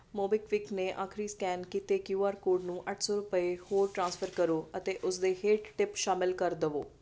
MobiKwik ਨੇ ਆਖਰੀ scan ਕੀਤੇ ਕਿਊ ਆਰ ਕੋਡ ਨੂੰ ਅੱਠ ਸੌ ਰੁਪਏ ਹੋਰ ਟ੍ਰਾਂਸਫਰ ਕਰੋ ਅਤੇ ਉਸ ਦੇ ਹੇਠ ਟਿਪ ਸ਼ਾਮਿਲ ਕਰ ਦਵੋ